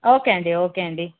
okay అండి okay అండి